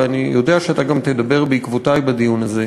ואני גם יודע שאתה תדבר בעקבותי בדיון הזה.